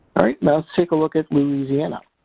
right. now let's take a look at louisiana.